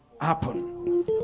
happen